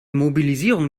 mobilisierung